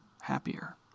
happier